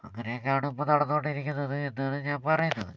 അങ്ങനെയൊക്കെയാണ് ഇപ്പോൾ നടന്നുകൊണ്ടിരിക്കുന്നത് ഇതാണ് ഞാൻ പറയുന്നത്